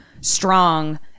strong